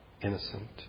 innocent